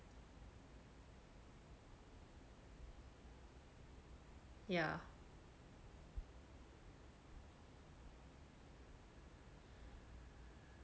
yeah